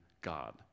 God